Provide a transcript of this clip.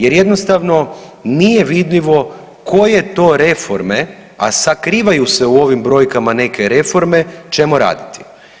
Jer jednostavno nije vidljivo koje to reforme, a sakrivaju se u ovim brojkama neke reforme ćemo raditi.